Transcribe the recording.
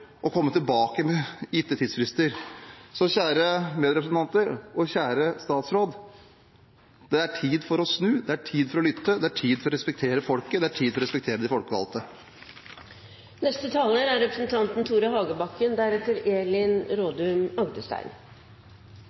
og komme tilbake med gitte tidsfrister. Kjære medrepresentanter! Kjære statsråd! Det er tid for å snu. Det er tid for å lytte. Det er tid for å respektere folket. Det er tid for å respektere de folkevalgte. Dette er